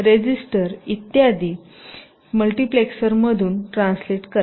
register ALU multiplexer मधून translate कराल